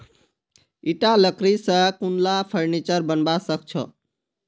ईटा लकड़ी स कुनला फर्नीचर बनवा सख छ